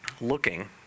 looking